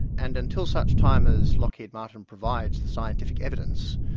and until such time as lockheed martin provides the scientific evidence,